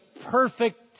perfect